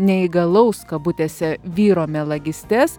neįgalaus kabutėse vyro melagystes